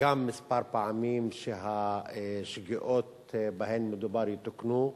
כמה פעמים שהשגיאות שבהן מדובר יתוקנו,